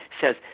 says